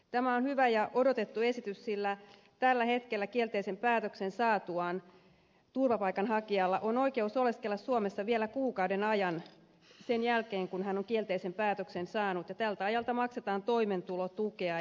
tämä on hyvä ja odotettu esitys sillä tällä hetkellä kielteisen päätöksen saatuaan turvapaikanhakijalla on oikeus oleskella suomessa vielä kuukauden ajan sen jälkeen kun hän on kielteisen päätöksen saanut ja tältä ajalta maksetaan toimeentulotukea